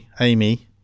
Amy